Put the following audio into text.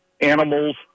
animals